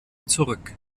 zurück